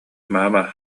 маама